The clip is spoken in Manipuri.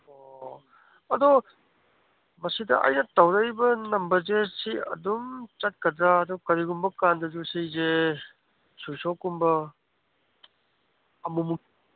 ꯑꯣ ꯑꯗꯨ ꯃꯁꯤꯗ ꯑꯩꯅ ꯇꯧꯔꯛꯏꯕ ꯅꯝꯕꯔꯁꯦ ꯁꯤ ꯑꯗꯨꯝ ꯆꯠꯀꯗ꯭ꯔꯥ ꯑꯗꯨ ꯀꯔꯤꯒꯨꯝꯕ ꯀꯥꯟꯗꯁꯨ ꯁꯤꯁꯦ ꯁ꯭ꯋꯤꯁ ꯑꯣꯐꯀꯨꯝꯕ ꯑꯃꯨꯃꯨꯛ